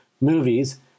movies